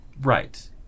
Right